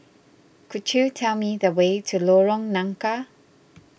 could you tell me the way to Lorong Nangka